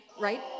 right